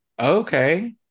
Okay